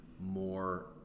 more